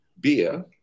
beer